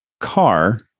car